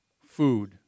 food